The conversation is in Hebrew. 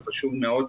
זה חשוב מאוד.